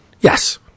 Yes